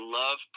love